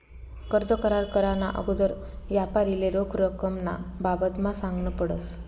कर्ज करार कराना आगोदर यापारीले रोख रकमना बाबतमा सांगनं पडस